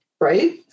right